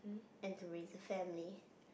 and to raise a family